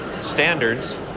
standards